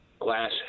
glass